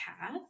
path